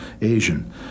Asian